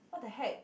what the heck